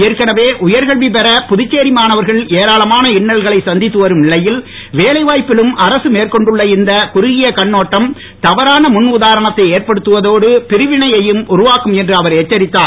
ஏற்கனவே உயர்கல்வி பெற புதுச்சேரி மாணவர்கள் ஏராளமான இன்னல்களை சந்தித்து வரும் நிலையில் வேலை வாய்ப்பிலும் அரசு மேற்கொண்டுள்ள இந்த குறுகிய கண்ணோட்டம் தவறான முன் உதாரணத்தை ஏற்படுத்துவதோடு பிரிவினையையும் உருவாக்கும் என்று அவர் எச்சரித்தார்